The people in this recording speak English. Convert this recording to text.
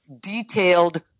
detailed